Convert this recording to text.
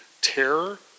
terror